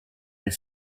they